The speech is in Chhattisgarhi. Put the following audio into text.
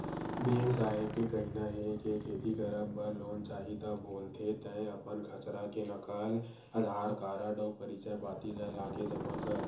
बेंक साहेब के कहिना हे के खेती करब बर लोन चाही ता बोलथे तंय अपन खसरा के नकल, अधार कारड अउ परिचय पाती ल लाके जमा कर